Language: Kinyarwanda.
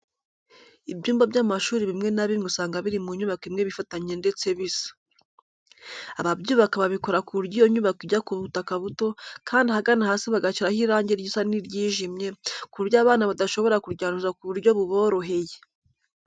Ibyumba by'amashuri bimwe na bimwe usanga biri mu nyubako imwe bifatanye ndetse bisa. Ababyubaka babikora ku buryo iyo nyubako ijya ku butaka buto kandi ahagana hasi bagashyiraho irange risa n'iryijimye, ku buryo abana badashobora kuryanduza ku buryo buboroheye.